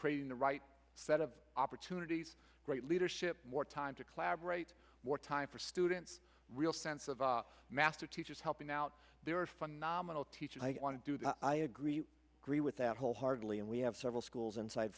the right set of opportunities great leadership more time to collaborate more time for students real sense of master teachers helping out there are phenomenal teachers i want to do that i agree with that wholeheartedly and we have several schools inside